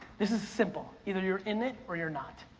this is simple. either you're in it, or your not.